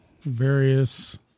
Various